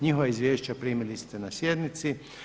Njihova izvješća primili ste na sjednici.